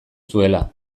zuela